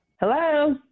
Hello